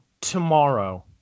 tomorrow